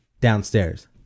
downstairs